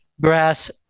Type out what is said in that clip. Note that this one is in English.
grass